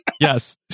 Yes